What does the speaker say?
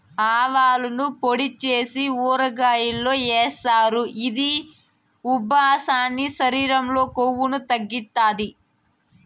ఆవాలను పొడి చేసి ఊరగాయల్లో ఏస్తారు, ఇది ఉబ్బసాన్ని, శరీరం లో కొవ్వును తగ్గిత్తాది